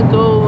go